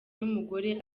n’umugore